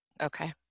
Okay